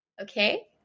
Okay